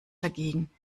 dagegen